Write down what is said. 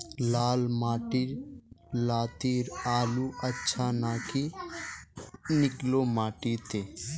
लाल माटी लात्तिर आलूर अच्छा ना की निकलो माटी त?